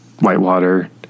whitewater